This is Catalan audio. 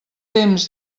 temps